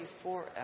forever